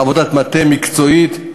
בעבודת מטה מקצועית,